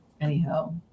anyhow